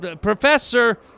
Professor